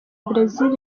bresil